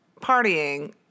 partying